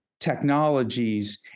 technologies